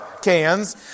cans